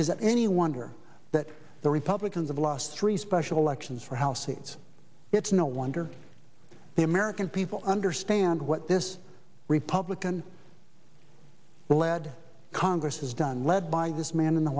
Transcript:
it any wonder that the republicans have lost three special elections for house seats it's no wonder the american people understand what this republican led congress has done led by this man in the